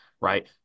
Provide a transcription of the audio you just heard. right